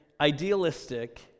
idealistic